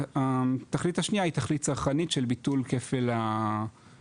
והתכלית השנייה היא תכלית צרכנית של ביטול כפל הביטוח.